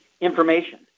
information